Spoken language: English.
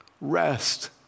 Rest